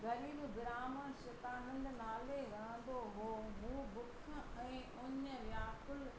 ग़रीब ब्राह्मण सुकानंद नाले रहंदो हुओ उहो बुख ऐं उञ व्याकुल